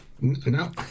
No